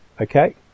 Okay